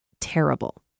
terrible